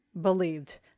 believed